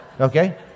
okay